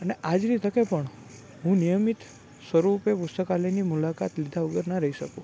અને આજની તકે પણ હું નિયમિત સ્વરૂપે પુસ્તકાલયની મુલાકાત લીધા વગર ના રહી શકું